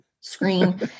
screen